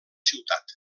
ciutat